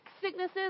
sicknesses